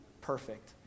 perfect